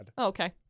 Okay